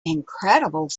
incredible